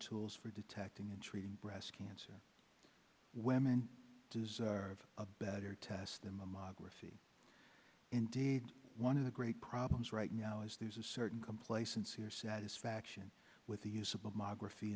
tools for detecting and treating breast cancer women deserve a better test than mammography indeed one of the great problems right now is there's a certain complacency or satisfaction with the use of the ma gra